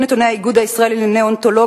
לפי נתוני האיגוד הישראלי לנאונטולוגיה,